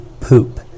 poop